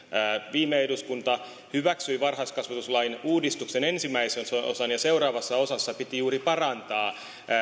viime eduskunta hyväksyi varhaiskasvatuslain uudistuksen ensimmäisen osan ja seuraavassa osassa piti juuri parantaa